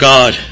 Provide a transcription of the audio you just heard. God